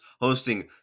hosting